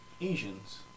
Asians